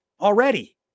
already